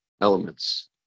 elements